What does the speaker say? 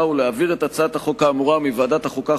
ולהעביר את הצעת החוק האמורה מוועדת החוקה,